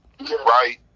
Right